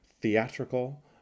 theatrical